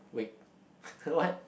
wait what